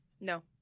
No